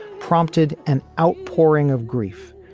prompted an outpouring of grief.